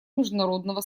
международного